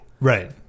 right